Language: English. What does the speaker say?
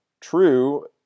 true